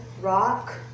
rock